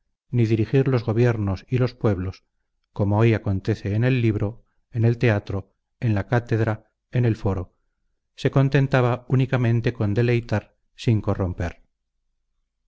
ni dirigir los gobiernos y los pueblo como hoy acontece en el libro en el teatro en la cátedra en el foro se contentaba únicamente con deleitar sin corromper